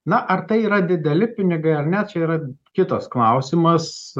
na ar tai yra dideli pinigai ar ne čia yra kitas klausimas